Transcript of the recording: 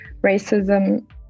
racism